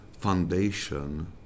foundation